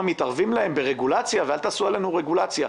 מתערבים להם ברגולציה ו"אל תעשו עלינו רגולציה".